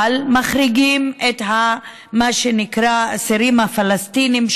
אבל מחריגים את מה שנקרא האסירים הפלסטינים,